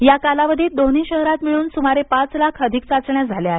या कालावधीत दोन्ही शहरांत मिळून सुमारे पाच लाख अधिक चाचण्या झाल्या आहेत